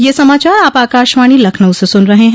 ब्रे क यह समाचार आप आकाशवाणी लखनऊ से सुन रहे हैं